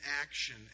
action